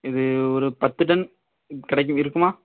இது ஒரு பத்து டன் கிடைக்கும் இருக்குமா